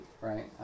right